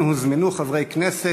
שאליהן הוזמנו חברי כנסת,